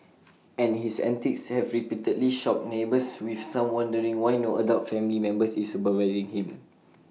and his antics have repeatedly shocked neighbours with some wondering why no adult family member is supervising him